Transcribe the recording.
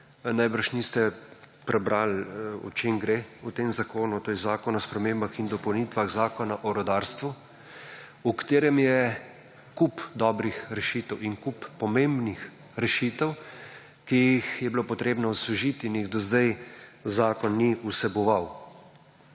Najbrž niste prebral, o čem gre v tem zakonu, to je Zakon o spremembah in dopolnitvah Zakona o rudarstvu, v katerem je kup dobrih rešitev in kup pomembnih rešitev, ki jih je bilo potrebno osvežit in jih do zdaj zakon ni vseboval.